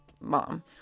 mom